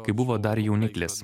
kai buvo dar jauniklis